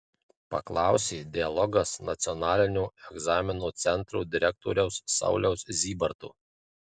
paklausė dialogas nacionalinio egzaminų centro direktoriaus sauliaus zybarto